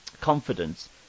confidence